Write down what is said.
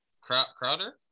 Crowder